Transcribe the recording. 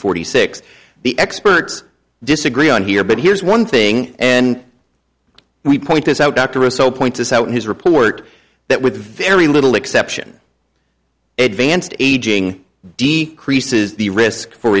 forty six the experts disagree on here but here's one thing and we point this out dr ro so points out in his report that with very little exception advanced aging decreases the risk for